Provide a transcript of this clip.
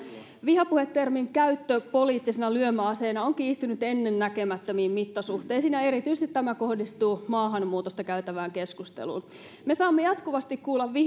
vihapuhe termin käyttö poliittisena lyömäaseena on kiihtynyt ennennäkemättömiin mittasuhteisiin ja erityisesti tämä kohdistuu maahanmuutosta käytävään keskusteluun me saamme jatkuvasti kuulla